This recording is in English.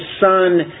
Son